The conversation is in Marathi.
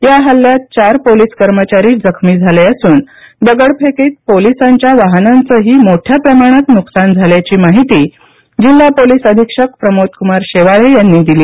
या हल्ल्यात चार पोलिस कर्मचारी जखमी झाले असून दगडफेकीत पोलिसांच्या वाहनांचंही मोठ्या प्रमाणात नुकसान झाल्याची माहिती जिल्हा पोलीस अधीक्षक प्रमोदकुमार शेवाळे यांनी दिली